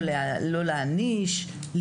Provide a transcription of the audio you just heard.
לא להעניש,